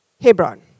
Hebron